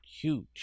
huge